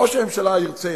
ראש הממשלה ירצה,